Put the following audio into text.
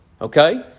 Okay